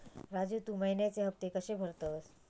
राजू, तू महिन्याचे हफ्ते कशे भरतंस?